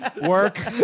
work